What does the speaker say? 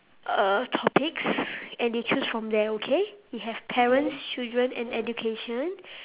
uh topics and you choose from there okay we have parents children and education